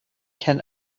can